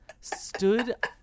stood